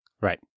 Right